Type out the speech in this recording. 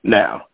now